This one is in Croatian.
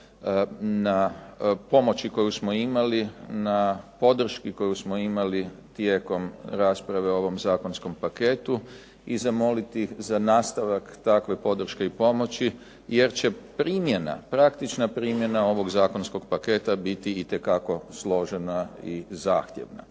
na pomoći koju smo imali, na podrški koju smo imali tijekom rasprave o ovom zakonskom paketu i zamoliti ih za nastavak takve podrške i pomoći jer će praktična primjena ovog zakonskog paketa biti itekako složena i zahtjevna.